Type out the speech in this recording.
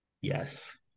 Yes